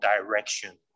direction